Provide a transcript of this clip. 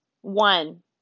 One